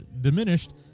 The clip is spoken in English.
diminished